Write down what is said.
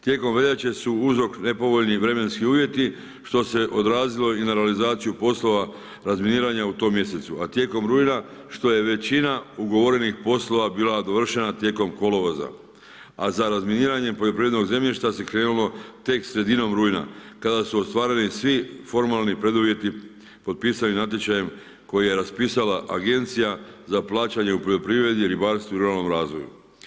Tijekom veljače su uzrok nepovoljni vremenski uvjeti što se odrazilo i na realizaciju poslova razminiranja u tom mjesecu, a tijekom rujna što je većina ugovorenih poslova bila dovršena tijekom kolovoza, a sa razminiranjem poljoprivrednog zemljišta se krenulo tek sredinom rujna kada su ostvareni svi formalni preduvjeti potpisani natječajem koji je raspisala Agencija za plaćanje u poljoprivredi, ribarstvu i ruralnom razvoju.